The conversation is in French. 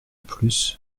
plus